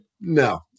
no